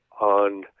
on